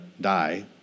die